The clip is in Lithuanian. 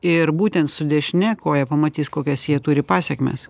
ir būtent su dešine koja pamatys kokias jie turi pasekmes